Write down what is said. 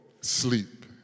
sleep